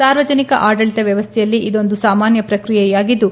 ಸಾರ್ವಜನಿಕ ಆಡಳಿತ ವ್ಯವಸ್ಥೆಯಲ್ಲಿ ಇದೊಂದು ಸಾಮಾನ್ಯ ಪ್ರಕ್ರಿಯೆಯಾಗಿದ್ದು